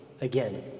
again